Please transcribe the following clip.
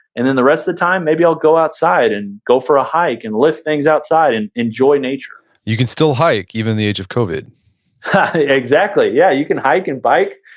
and then the rest of the time maybe i'll go outside and go for a hike and lift things outside and enjoy nature you can still hike even in the age of covid exactly, yeah, you can hike and bike.